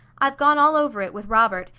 i've gone all over it with robert,